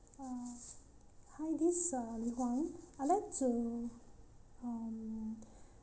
uh hi this is um Huang I like to um